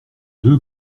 deux